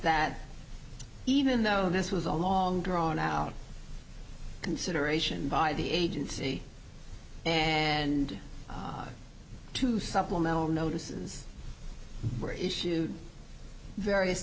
that even though this was a long drawn out consideration by the agency and to supplemental notices were issued various